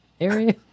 area